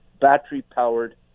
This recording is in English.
battery-powered